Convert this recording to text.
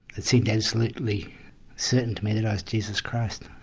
it seemed absolutely certain to me that i was jesus christ.